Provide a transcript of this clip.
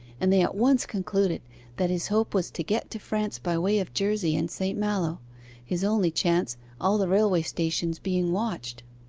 and they at once concluded that his hope was to get to france by way of jersey and st. malo his only chance, all the railway-stations being watched.